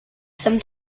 some